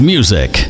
Music